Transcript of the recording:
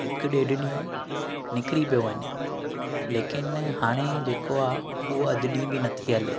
हिकु ॾेढु ॾींहुं निकिरी पियो वञे लेकिन हाणे जेको आहे हूअ अधु ॾींहं बि नथी हले